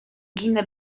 ginę